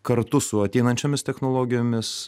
kartu su ateinančiomis technologijomis